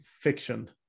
fiction